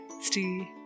Stay